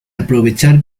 aprovechar